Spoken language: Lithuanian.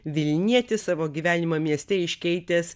vilnietis savo gyvenimą mieste iškeitęs